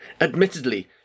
Admittedly